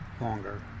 longer